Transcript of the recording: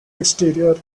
exterior